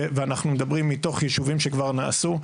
ואנחנו מדברים מתוך יישובים שכבר נעשו.